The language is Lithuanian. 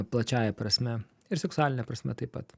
plačiąja prasme ir seksualine prasme taip pat